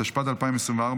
התשפ"ד 2024,